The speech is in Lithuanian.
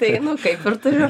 tai kaip ir turiu